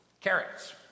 Carrots